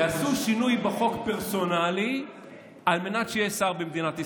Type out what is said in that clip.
יעשו שינוי פרסונלי בחוק על מנת שיהיה שר במדינת ישראל.